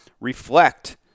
reflect